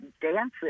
dancing